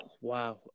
wow